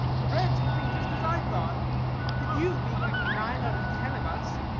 the reds will think just as i thought that you, being like nine out of ten of us,